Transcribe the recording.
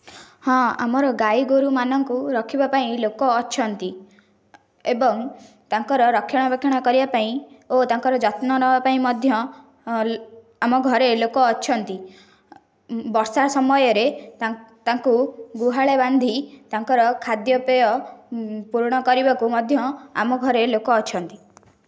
ହଁ ଆମର ଗାଈ ଗୋରୁମାନଙ୍କୁ ରଖିବା ପାଇଁ ଲୋକ ଅଛନ୍ତି ଏବଂ ତାଙ୍କର ରକ୍ଷଣାବେକ୍ଷଣ କରିବା ପାଇଁ ଓ ତାଙ୍କର ଯତ୍ନ ନେବା ପାଇଁ ମଧ୍ୟ ଆମ ଘରେ ଲୋକ ଅଛନ୍ତି ବର୍ଷା ସମୟରେ ତାଙ୍କୁ ଗୁହାଳେ ବାନ୍ଧି ତାଙ୍କର ଖାଦ୍ୟପେୟ ପୂରଣ କରିବାକୁ ମଧ୍ୟ ଆମ ଘରେ ଲୋକ ଅଛନ୍ତି